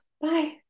Bye